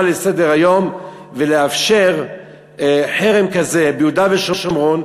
לסדר-היום ולאפשר חרם כזה ביהודה ושומרון.